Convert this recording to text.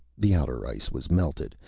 the outer ice was melted,